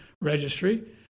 registry